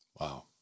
Wow